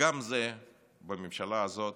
גם זה בממשלה הזאת